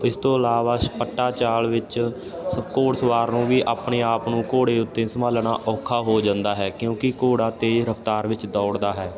ਇਸ ਤੋਂ ਇਲਾਵਾ ਛਪੱਟਾ ਚਾਲ ਵਿੱਚ ਘੋੜ ਸਵਾਰ ਨੂੰ ਵੀ ਆਪਣੇ ਆਪ ਨੂੰ ਘੋੜੇ ਉੱਤੇ ਸੰਭਾਲਣਾ ਔਖਾ ਹੋ ਜਾਂਦਾ ਹੈ ਕਿਉਂਕਿ ਘੋੜਾ ਤੇਜ਼ ਰਫਤਾਰ ਵਿੱਚ ਦੌੜਦਾ ਹੈ